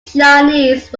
chinese